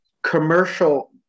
commercial